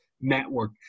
Network